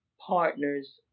partners